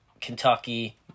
Kentucky